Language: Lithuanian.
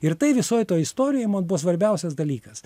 ir tai visoj toj istorijoj man buvo svarbiausias dalykas